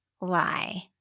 lie